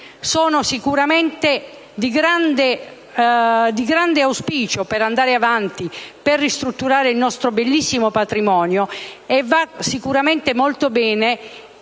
sono sicuramente di grande auspicio per andare avanti, per ristrutturare il nostro bellissimo patrimonio. Giudico sicuramente molto bene